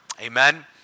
Amen